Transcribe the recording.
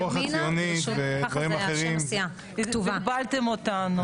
הרוח הציונית ודברים אחרים --- בלבלתם אותנו.